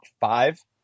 five